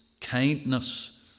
Kindness